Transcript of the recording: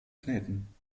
kneten